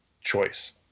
choice